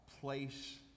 place